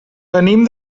venim